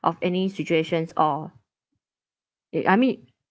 of any situations or i~ I mean